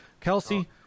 kelsey